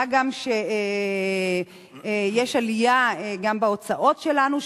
מה גם שיש עלייה גם בהוצאות שלנו,